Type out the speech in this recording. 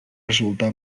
resultar